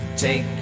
Take